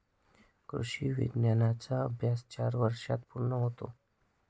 कृषी विज्ञानाचा अभ्यास चार वर्षांत पूर्ण होतो